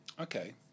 Okay